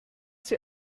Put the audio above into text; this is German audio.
sie